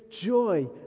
joy